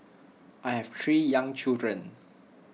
I have three young children